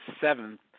seventh